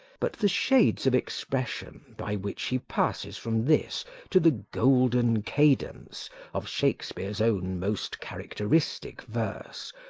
but the shades of expression by which he passes from this to the golden cadence of shakespeare's own most characteristic verse,